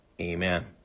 amen